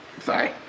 sorry